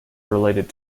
related